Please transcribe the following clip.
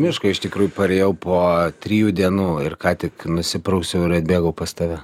miško iš tikrųjų parėjau po trijų dienų ir ką tik nusiprausiau ir atbėgau pas tave